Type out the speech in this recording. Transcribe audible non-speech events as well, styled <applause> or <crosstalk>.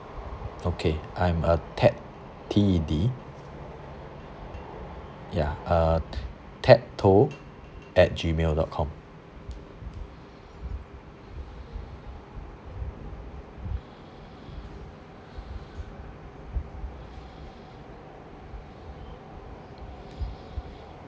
okay I'm uh ted T E D ya uh ted toh at G mail dot com <breath>